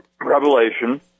revelation